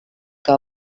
que